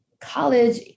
college